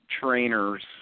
trainers